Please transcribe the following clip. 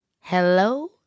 Hello